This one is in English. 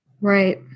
Right